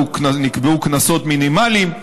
נקבעו קנסות מינימליים.